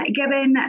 given